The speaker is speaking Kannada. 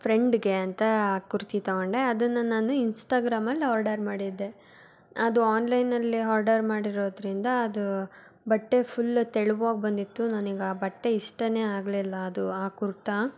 ಫ್ರೆಂಡ್ಗೆ ಅಂತ ಆ ಕುರ್ತಿ ತೊಗೊಂಡೆ ಅದನ್ನು ನಾನು ಇನ್ಸ್ಟಾಗ್ರಾಮಲ್ಲಿ ಆರ್ಡರ್ ಮಾಡಿದ್ದೆ ಅದು ಆನ್ಲೈನಲ್ಲಿ ಹಾರ್ಡರ್ ಮಾಡಿರೋದರಿಂದ ಅದು ಬಟ್ಟೆ ಫುಲ್ಲ ತೆಳುವಾಗಿ ಬಂದಿತ್ತು ನನಗ್ ಆ ಬಟ್ಟೆ ಇಷ್ಟವೇ ಆಗಲಿಲ್ಲ ಅದು ಆ ಕುರ್ತಾ